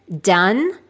done